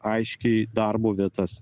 aiškiai darbo vietas